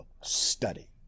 study